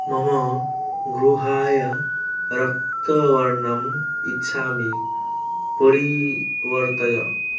मम गृहाय रक्तवर्णम् इच्छामि परिवर्तय